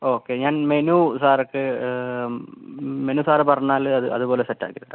okay ഞാൻ menu സാർക്ക് menu sir പറഞ്ഞാൽ അത് അതുപോലെ സെറ്റാക്കിത്തരാം